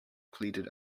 pleaded